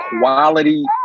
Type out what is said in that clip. quality